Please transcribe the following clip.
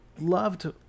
loved